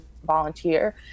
volunteer